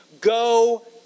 go